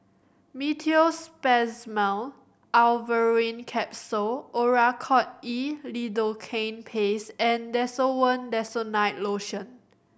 Meteospasmyl Alverine Capsule Oracort E Lidocaine Paste and Desowen Desonide Lotion